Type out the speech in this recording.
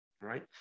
right